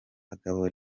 bagabo